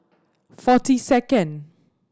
forty second